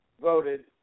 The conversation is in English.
voted